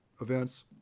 events